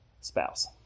spouse